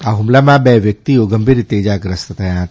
આ હુમલામાં બે વ્યક્તિઓ ગંભીર રીતે ઇજાગ્રસ્ત થયા હતા